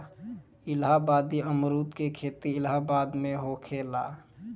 इलाहाबादी अमरुद के खेती इलाहाबाद में होखेला